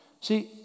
See